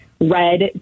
red